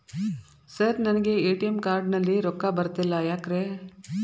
Sir ನನಗೆ ATM card ನಲ್ಲಿ ರೊಕ್ಕ ಬರತಿಲ್ಲ ಯಾಕ್ರೇ?